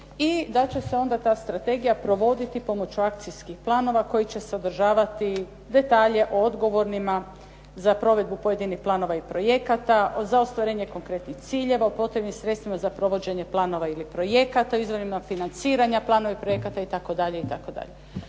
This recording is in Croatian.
i da će se onda ta strategija provoditi pomoću akcijskih planova koji će sadržavati detalje o odgovornima za provedbu pojedinih planova i projekata, za ostvarenje konkretnih ciljeva, o potrebnim sredstvima za provođenje planova ili projekata, o izvorima financiranja planova i projekata itd.